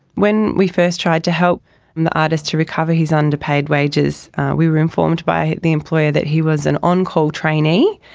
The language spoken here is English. when we first tried to help and the artist to recover his underpaid wages we were informed by the employer that he was an on-call trainee,